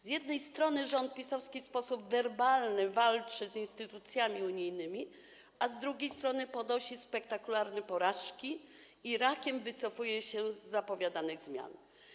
Z jednej strony rząd PiS-owski w sposób werbalny walczy z instytucjami unijnymi, a z drugiej strony ponosi spektakularne porażki i rakiem wycofuje się z zapowiadanych zmian.